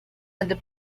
and